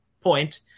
point